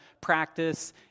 practice